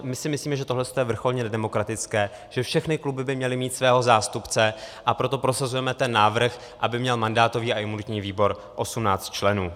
My si myslíme, že tohle je vrcholně nedemokratické, že všechny kluby by měly mít svého zástupce, a proto prosazujeme návrh, aby měl mandátový a imunitní výbor 18 členů.